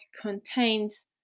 contains